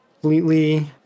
Completely